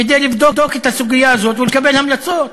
כדי לבדוק את הסוגיה הזאת ולקבל המלצות.